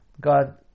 God